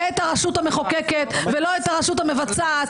לא את הרשות המחוקקת ולא את הרשות המבצעת,